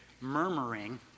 murmuring